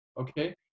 Okay